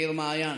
יאיר מעיין,